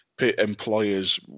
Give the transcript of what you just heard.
employers